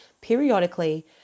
periodically